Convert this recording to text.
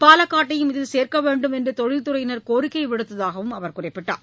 பாலக்காட்டையும் இதில் சேர்க்க வேண்டும் என்று தொழில்துறையினர் கோரிக்கை விடுத்ததாகவும் அவர் குறிப்பிட்டார்